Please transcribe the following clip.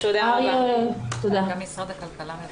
בבקשה, נציגי משרד הכלכלה.